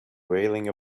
railing